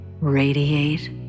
Radiate